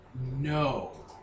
No